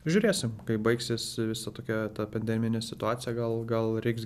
žiūrėsim kaip baigsis visa tokia ta pandeminė situacija gal gal reiks